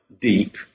deep